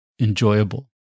enjoyable